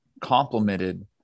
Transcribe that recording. complemented